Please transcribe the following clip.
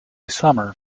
summer